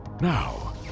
Now